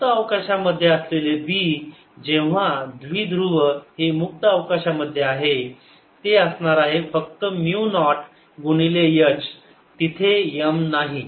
मुक्त अवकाशामध्ये असलेले B जेव्हा द्विध्रुव हे मुक्त अवकाशामध्ये आहे ते असणार आहे फक्त म्यु नॉट गुणिले H तिथे m नाही